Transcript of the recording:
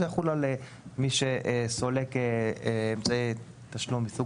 זה יחול על מי שסולק אמצעי תשלום מסוג